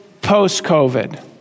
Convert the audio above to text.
post-COVID